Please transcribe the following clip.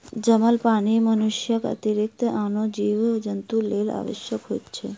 जमल पानि मनुष्यक अतिरिक्त आनो जीव जन्तुक लेल आवश्यक होइत छै